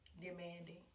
demanding